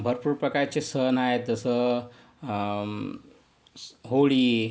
भरपूर प्रकारचे सण आहेत तसं होळी